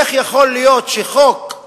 איך יכול להיות שחוק,